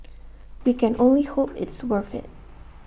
we can only hope it's worth IT